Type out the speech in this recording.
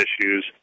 issues